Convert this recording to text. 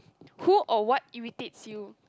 who or what irritates you